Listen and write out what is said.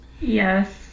Yes